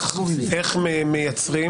איך מייצרים